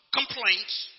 complaints